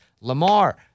Lamar